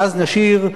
ואז נשיר: